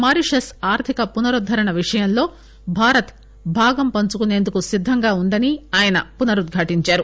Mauritius ఆర్దిక పునరుద్దరణ విషయంలో భారత్ భాగం పంచుకునేందుకు సిద్దంగా వున్న దని ఆయన పునరుద్ఘటించారు